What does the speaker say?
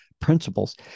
principles